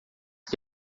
que